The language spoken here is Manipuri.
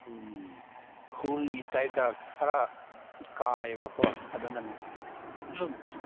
ꯈꯣꯏꯒꯤ ꯇꯥꯏꯞꯇ ꯈꯔ ꯀꯥꯏꯕꯀꯣ ꯑꯗꯨꯅꯅꯦ ꯑꯗꯨ